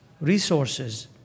resources